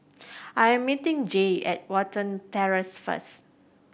I am meeting Jaye at Watten Terrace first